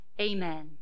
amen